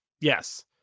yes